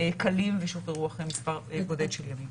קלים ושוחררו אחרי מספר בודד של ימים.